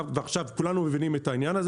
ועכשיו כולנו מבינים את העניין הזה